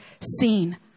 seen